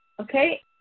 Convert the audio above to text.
Okay